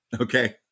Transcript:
Okay